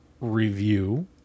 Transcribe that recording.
review